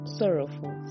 sorrowful